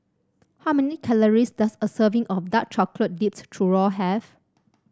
how many calories does a serving of Dark Chocolate Dipped Churro have